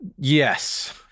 Yes